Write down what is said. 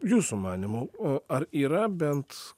jūsų manymu o ar yra bent